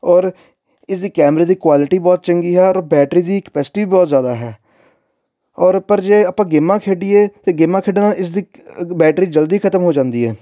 ਔਰ ਇਸਦੀ ਕੈਮਰੇ ਦੇ ਕੁਆਲਿਟੀ ਬਹੁਤ ਚੰਗੀ ਆ ਅਰ ਬੈਟਰੀ ਦੀ ਕਪੈਸਿਟੀ ਬਹੁਤ ਜ਼ਿਆਦਾ ਹੈ ਔਰ ਪਰ ਜੇ ਆਪਾਂ ਗੇਮਾਂ ਖੇਡੀਏ ਤਾਂ ਗੇਮਾਂ ਖੇਡਣ ਨਾਲ ਇਸਦੀ ਬੈਟਰੀ ਜਲਦੀ ਖਤਮ ਹੋ ਜਾਂਦੀ ਹੈ